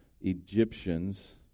Egyptians